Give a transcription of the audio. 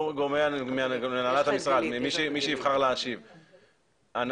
להבין מהנהלת המשרד מדוע נעשה השימוש הזה בחברה פרטית